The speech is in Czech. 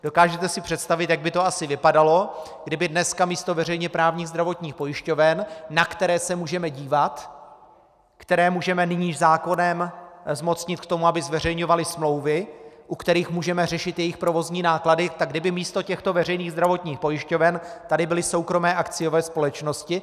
Dokážete si představit, jak by to asi vypadalo, kdyby dneska místo veřejnoprávních zdravotních pojišťoven, na které se můžeme dívat, které můžeme nyní zákonem zmocnit k tomu, aby zveřejňovaly smlouvy, u kterých můžeme řešit jejich provozní náklady, kdyby místo těchto veřejných zdravotních pojišťoven tady byly soukromé akciové společnosti?